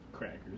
Crackers